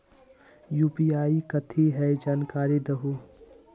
UPI कथी है? जानकारी दहु